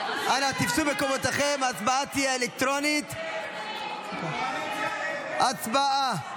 התשפ"ד 2024, לא אושרה,